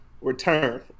return